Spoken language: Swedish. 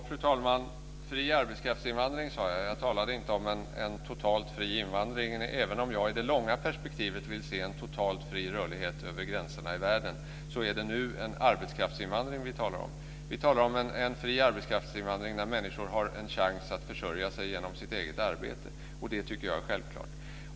Fru talman! Jag sade fri arbetskraftsinvandring. Jag talade inte om en totalt fri invandring. Även om jag i det långa perspektivet vill se en totalt fri rörlighet över gränserna i världen är det en arbetskraftsinvandring vi nu talar om. Vi talar om en fri arbetskraftsinvandring där människor har en chans att försörja sig genom sitt eget arbete, och det tycker jag är självklart.